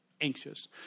anxious